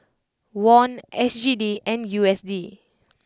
Won S G D and U S D